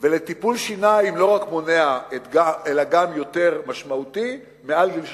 ולטיפול שיניים לא רק מונע אלא גם יותר משמעותי מעל גיל 65,